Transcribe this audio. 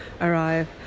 arrive